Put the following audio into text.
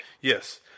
Yes